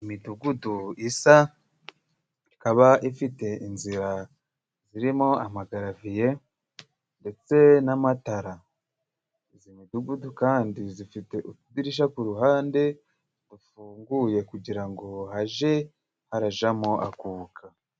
Imidugudu isa ikaba ifite inzira zirimo amagaraviye ndetse n'amatara. Izi midugudu kandi zifite utudirishya ku ruhande rufunguye, kugirango haje harajamo akuka.